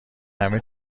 همه